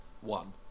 One